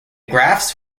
graphs